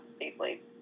safely